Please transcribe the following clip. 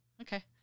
Okay